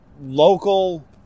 local